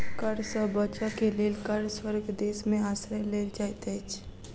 कर सॅ बचअ के लेल कर स्वर्ग देश में आश्रय लेल जाइत अछि